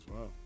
Wow